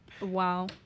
wow